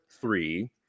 three